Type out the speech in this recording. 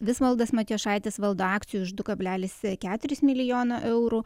visvaldas matijošaitis valdo akcijų už du kablelis keturis milijonų eurų